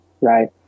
right